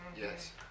Yes